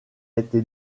été